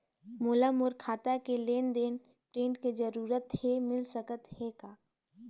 मोला मोर खाता के लेन देन के प्रिंट के जरूरत हे मिल सकत हे का?